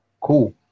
Cool